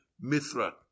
Mithra